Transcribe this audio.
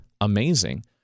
Amazing